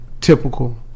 typical